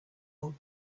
old